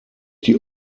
die